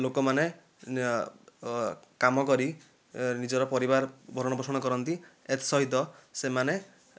ଲୋକମାନେ କାମ କରି ନିଜର ପରିବାର ଭରଣପୋଷଣ କରନ୍ତି ଏଥିସହିତ ସେମାନେ